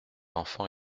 enfant